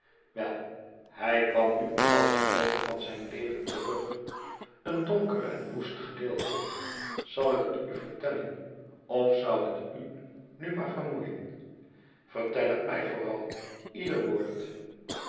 wel hij kwam nu op dat gedeelte van zijn leven terug een donker en woest gedeelte zal ik het u vertellen of zou het u nu maar vermoeien yertel het mij vooral ieder woord